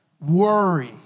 worry